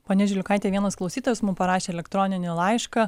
ponia žiliukaite vienas klausytojas mum parašė elektroninį laišką